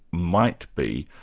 might be,